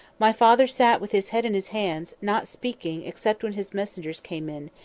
my father sat with his head in his hands, not speaking except when his messengers came in,